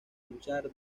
luchar